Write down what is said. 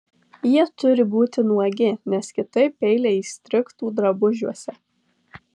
jie turi būti nuogi nes kitaip peiliai įstrigtų drabužiuose